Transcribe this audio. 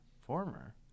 Former